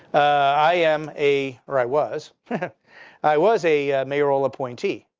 i am a, or i was i was a mayoral appointee.